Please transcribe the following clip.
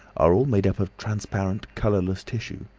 are all made up of transparent, colourless tissue.